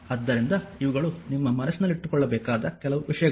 ಆದ್ದರಿಂದ ಇವುಗಳು ನಿಮ್ಮ ಮನಸ್ಸಿನಲ್ಲಿಟ್ಟುಕೊಳ್ಳಬೇಕಾದ ಕೆಲವು ವಿಷಯಗಳು